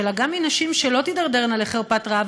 אלא גם מנשים שלא תידרדרנה לחרפת רעב,